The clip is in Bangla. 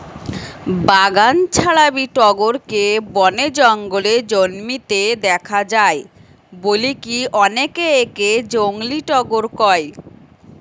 বাগান ছাড়াবি টগরকে বনে জঙ্গলে জন্মিতে দেখা যায় বলিকি অনেকে একে জংলী টগর কয়